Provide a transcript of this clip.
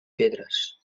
pedres